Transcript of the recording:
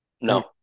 No